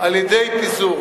על-ידי הפיזור.